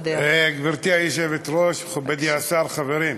גברתי היושבת-ראש, מכובדי השר, חברים,